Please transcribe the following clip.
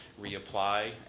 reapply